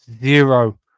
zero